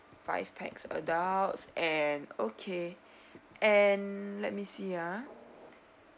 five pax adults and okay and let me see ah